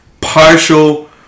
partial